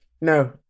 no